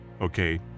Okay